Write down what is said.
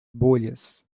bolhas